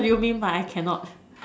what do you mean by I cannot